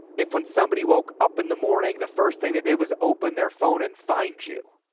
if, when somebody woke up in the morning, the first thing they did was open their phone and find you.